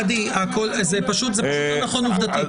גדי, עובדתית זה לא נכון.